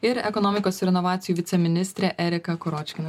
ir ekonomikos ir inovacijų viceministrė erika kuročkina